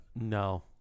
No